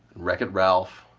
wreck-it ralph,